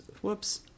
Whoops